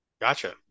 Gotcha